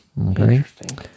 Interesting